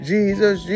Jesus